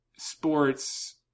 sports